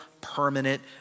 permanent